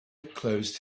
closed